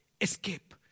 escape